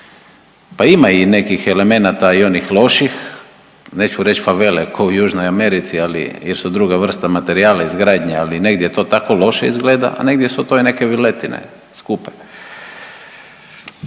Pa ima i nekih elemenata i onih loših, neću reć favele ko u Južnoj Americi, ali, jer su druga vrsta materijala, izgradnje, ali negdje to tako loše izgleda, a negdje su to i neke viletine skupe.